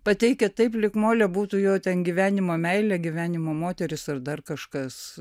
pateikia taip lyg molė būtų jo ten gyvenimo meilė gyvenimo moteris ar dar kažkas